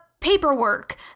Paperwork